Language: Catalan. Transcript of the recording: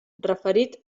referit